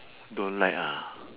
don't like ah